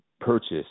purchase